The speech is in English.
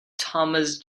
thomas